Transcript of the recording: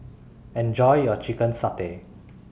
Enjoy your Chicken Satay